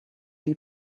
die